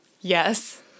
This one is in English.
Yes